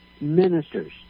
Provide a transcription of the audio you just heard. ministers